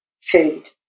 food